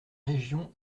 régions